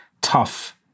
tough